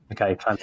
Okay